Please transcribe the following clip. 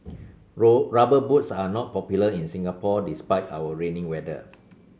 rubber boots are not popular in Singapore despite our rainy weather